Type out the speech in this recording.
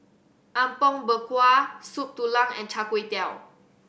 Apom Berkuah Soup Tulang and Char Kway Teow